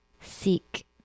seek